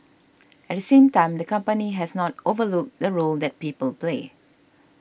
at the same time the company has not overlooked the role that people play